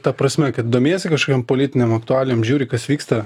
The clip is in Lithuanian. ta prasme kad domiesi kažkokiom politinėm aktualijom žiūri kas vyksta